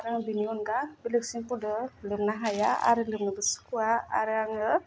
आरो आं बिनि अनगा बेलेक सेम्पुदो लोबनो हाया आरो लोबनोबो सुखुवा आरो आङो